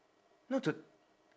no